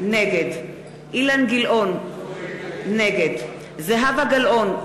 נגד אילן גילאון, נגד זהבה גלאון,